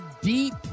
deep